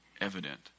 evident